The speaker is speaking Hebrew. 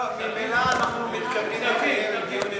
לא, ממילא אנחנו מתכוונים לקיים דיון,